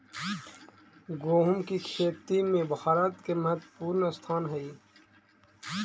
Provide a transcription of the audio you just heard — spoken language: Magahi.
गोहुम की खेती में भारत के महत्वपूर्ण स्थान हई